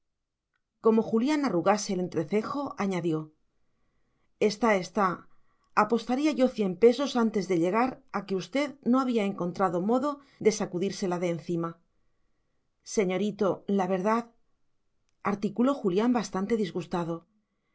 como julián arrugase el entrecejo añadió está está apostaría yo cien pesos antes de llegar a que usted no había encontrado modo de sacudírsela de encima señorito la verdad articuló julián bastante disgustado